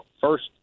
first